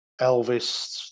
Elvis